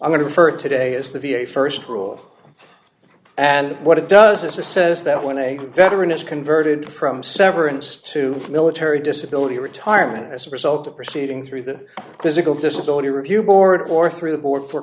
i'm going to for today is the v a st rule and what it does is a says that when a veteran is converted from severance to military disability retirement as a result of proceedings through the physical disability review board or through the board for